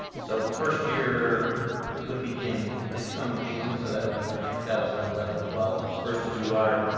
so the first year would begin this coming june so that would be for two thousand and eleven twelve? first of july.